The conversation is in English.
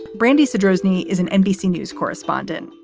brandi sironi is an nbc news correspondent.